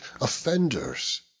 offenders